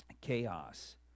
Chaos